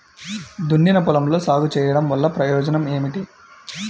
దున్నిన పొలంలో సాగు చేయడం వల్ల ప్రయోజనం ఏమిటి?